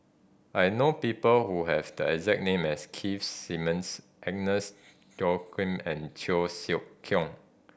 I know people who have the exact name as Keith Simmons Agnes Joaquim and Cheo Siew Keong